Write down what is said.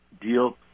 deal